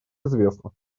известна